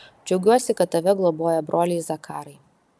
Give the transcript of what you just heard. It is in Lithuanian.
džiaugiuosi kad tave globoja broliai zakarai